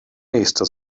nächste